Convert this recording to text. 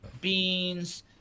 beans